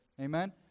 Amen